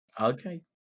Okay